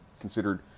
considered